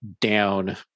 down